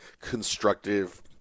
constructive